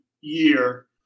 year